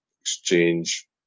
exchange